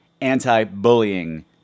Anti-Bullying